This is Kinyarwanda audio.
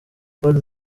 god